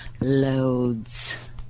loads